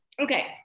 okay